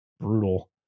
brutal